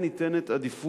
השירות ניתן לבית-הספר.